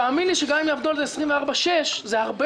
תאמין לי שגם אם יעבדו על זה 24/6 זה הרבה